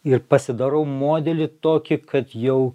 ir pasidarau modelį tokį kad jau